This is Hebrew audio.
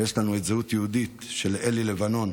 יש לנו את זהות יהודית של אלי לבנון,